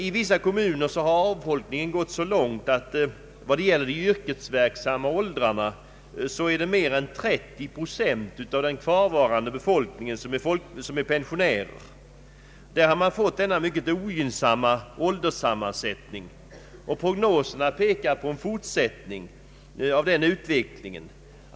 I vissa kommuner har avfolkningen gått så långt beträffande avflyttningen av människor i de yrkesverksamma åldrarna att mer än 30 procent av den kvarvarande befolkningen är pensionärer. Där har man alltså fått en mycket ogynnsam ålderssammansättning. Prognoserna pekar på att denna utveckling kommer att fortsätta.